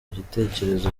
gitekerezo